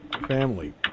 family